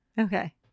Okay